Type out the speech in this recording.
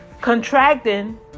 contracting